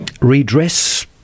redress